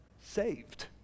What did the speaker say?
saved